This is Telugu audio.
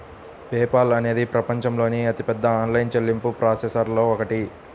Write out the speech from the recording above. పే పాల్ అనేది ప్రపంచంలోని అతిపెద్ద ఆన్లైన్ చెల్లింపు ప్రాసెసర్లలో ఒకటి